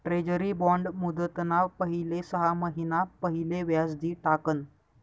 treasury bond मुदतना पहिले सहा महिना पहिले व्याज दि टाकण